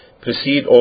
proceed